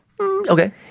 Okay